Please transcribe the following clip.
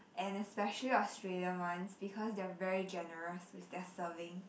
and especially Australia ones because they're very generous with their serving